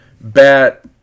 bat